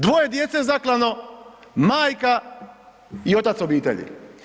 Dvoje djece zaklano, majka i otac obitelji.